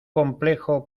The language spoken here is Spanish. complejo